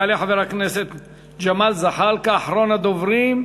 יעלה חבר הכנסת ג'מאל זחאלקה, אחרון הדוברים.